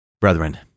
Brethren